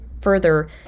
Further